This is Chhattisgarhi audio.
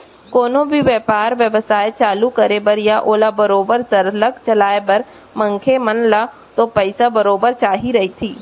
कोनो भी बेपार बेवसाय चालू करे बर या ओला बरोबर सरलग चलाय बर मनखे मन ल तो पइसा बरोबर चाही रहिथे